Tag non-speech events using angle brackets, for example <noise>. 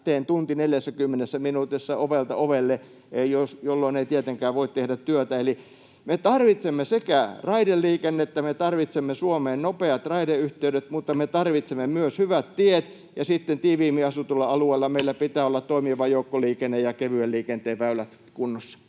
teen 1 tunnissa 40 minuutissa ovelta ovelle, jolloin ei tietenkään voi tehdä työtä. Eli me tarvitsemme sekä raideliikennettä, me tarvitsemme Suomeen nopeat raideyhteydet, mutta me tarvitsemme myös hyvät tiet, ja sitten tiiviimmin asutuilla alueilla <noise> meillä pitää olla toimiva joukkoliikenne ja kevyen liikenteen väylät kunnossa.